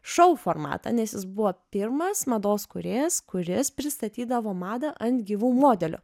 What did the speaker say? šou formatą nes jis buvo pirmas mados kūrėjas kuris pristatydavo madą ant gyvų modelių